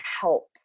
help